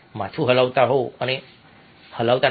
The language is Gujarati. માથું હલાવતા હા અને ના